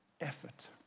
effort